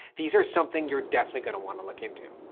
these are something you're definitely going to want to look into.